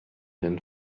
den